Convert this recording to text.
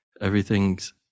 everything's